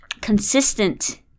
consistent